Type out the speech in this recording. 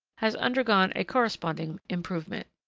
has undergone a corresponding improvement.